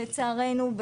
לצערנו,